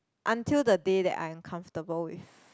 until the day that I am comfortable with